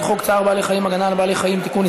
חוק צער בעלי-חיים (הגנה על בעלי-חיים) (תיקון,